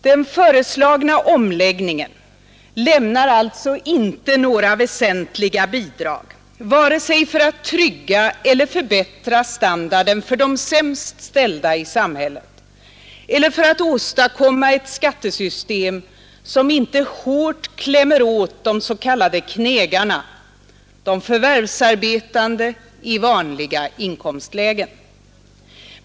Den föreslagna omläggningen lämnar inte några väsentliga bidrag för att vare sig trygga eller förbättra standarden för de sämst ställda i samhället eller för att åstadkomma ett skattesystem, som inte hårt klämmer åt de s.k. knegarna, de förvärvsarbetande i vanliga inkomstlägen.